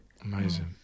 Amazing